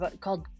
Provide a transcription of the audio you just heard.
called